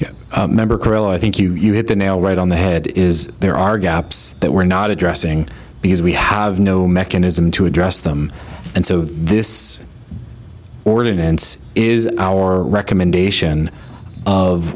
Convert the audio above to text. you member carol i think you hit the nail right on the head is there are gaps that we're not addressing because we have no mechanism to address them and so this ordinance is our recommendation of